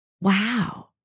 Wow